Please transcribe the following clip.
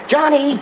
Johnny